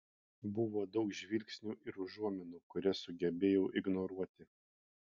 buvo daug žvilgsnių ir užuominų kurias sugebėjau ignoruoti